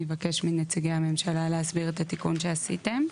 אני אבקש מנציגי הממשלה להסביר את התיקון שעשיתם.